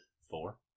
four